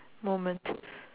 moment